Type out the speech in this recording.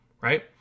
right